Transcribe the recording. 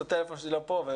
הטלפון שלי פשוט לא פה.